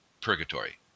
purgatory